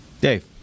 Dave